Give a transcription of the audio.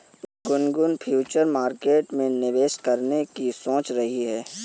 Gungun future market में निवेश करने की सोच रही है